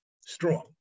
strong